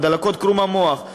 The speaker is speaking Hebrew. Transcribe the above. בדלקת קרום המוח,